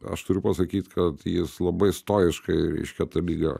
aš turiu pasakyt kad jis labai stoiškai reiškia tą ligą